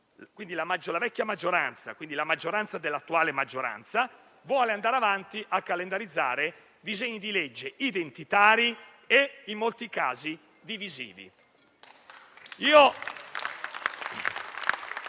è legittimo o meno), quindi la maggioranza dell'attuale maggioranza, vuole andare avanti a calendarizzare disegni di legge identitari e in molti casi divisivi.